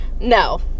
no